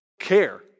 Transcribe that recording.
care